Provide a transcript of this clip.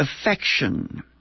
affection